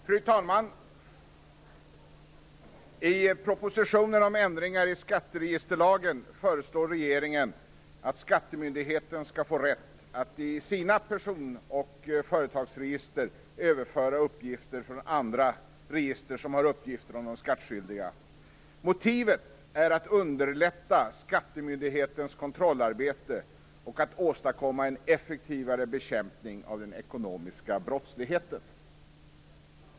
Fru talman! I propositionen om ändringar i skatteregisterlagen föreslår regeringen att skattemyndigheten skall få rätt att till sina person och företagsregister överföra uppgifter från andra register som har uppgifter om de skattskyldiga. Motivet är att underlätta skattemyndighetens kontrollarbete och att åstadkomma en effektivare bekämpning av den ekonomiska brottsligheten.